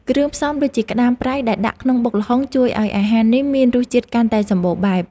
គ្រឿងផ្សំដូចជាក្តាមប្រៃដែលដាក់ក្នុងបុកល្ហុងជួយឱ្យអាហារនេះមានរសជាតិកាន់តែសម្បូរបែប។